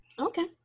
Okay